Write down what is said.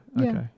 Okay